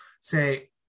say